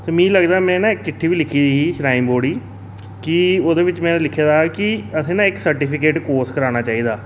ते मिगी लगदा ऐ में इक चिट्ठी बी लिखी ही श्राईन बोर्ड गी कि ओह्दे बिच्च में लिखे दा हा कि असें ना इक सर्टिफिकेट कोर्स कराना चाहिदा